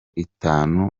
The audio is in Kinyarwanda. itanu